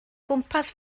gwmpas